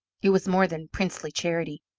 it was more than princely charity,